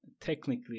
technically